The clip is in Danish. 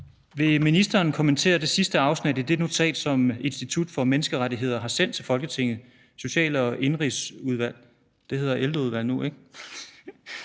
Vil ministeren kommentere det sidste afsnit i det notat, som Institut for Menneskerettigheder har sendt til Folketingets Social- og Indenrigsudvalg – det hedder Ældreudvalget nu, ikke?